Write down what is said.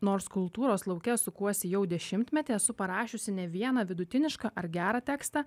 nors kultūros lauke sukuosi jau dešimtmetį esu parašiusi ne vieną vidutinišką ar gerą tekstą